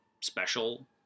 special